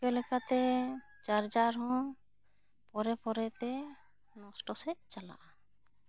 ᱤᱱᱠᱟᱹ ᱞᱮᱠᱟᱛᱮ ᱪᱟᱨᱡᱟᱨ ᱦᱚᱸ ᱯᱚᱨᱮ ᱯᱚᱨᱮ ᱛᱮ ᱱᱚᱥᱴᱚ ᱥᱮᱫ ᱪᱟᱞᱟᱜᱼᱟ